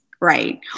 right